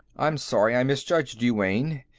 i'm sorry i misjudged you, wayne.